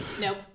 Nope